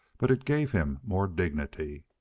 but it gave him more dignity.